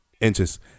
inches